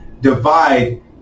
divide